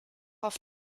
auf